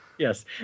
Yes